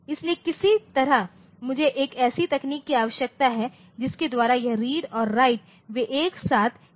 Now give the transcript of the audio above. इसलिए किसी तरह मुझे एक ऐसी तकनीक की आवश्यकता है जिसके द्वारा यह रीड और राइट वे एक साथ किए जा सके